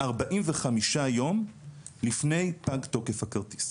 45 יום לפני פג תוקף הכרטיס.